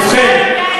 ובכן,